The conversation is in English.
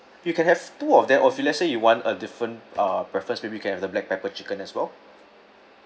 you can have two of them or fillet so you want a different uh preference so may be you can have the black pepper chicken as well